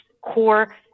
core